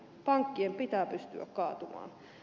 pankkien pitää pystyä kaatumaan